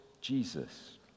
jesus